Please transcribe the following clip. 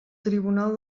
tribunal